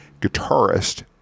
guitarist